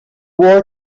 war